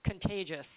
contagious